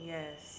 Yes